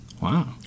Wow